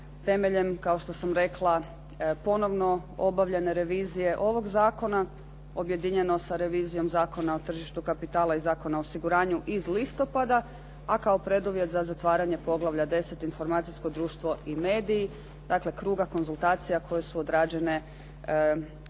Temeljem, kao što sam rekla ponovno obavljene revizije ovoga zakona objedinjeno sa revizijom Zakona o tržištu kapitala i Zakona o osiguranju iz listopada a kao preduvjet za zatvaranje poglavlja 10. Informacijsko društvo i mediji. Dakle, kruga konzultacija koje su odrađene 3,